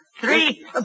three